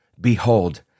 behold